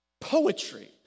poetry